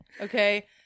Okay